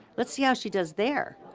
let's see how she does there,